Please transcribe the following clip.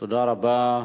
תודה רבה.